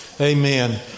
Amen